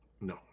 No